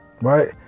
right